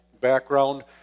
background